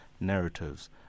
narratives